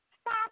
Stop